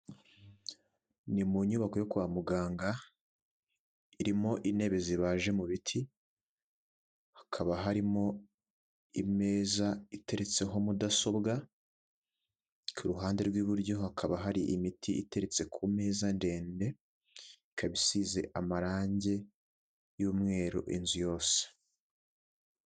Ni mu nyubako yo kwa muganga, irimo intebe zibaje mu biti, hakaba harimo imeza iteretseho mudasobwa, ku ruhande rw'iburyo hakaba hari imiti iteretse ku meza ndende, ikaba isize amarangi y'umweru inzu yose.